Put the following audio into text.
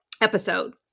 episode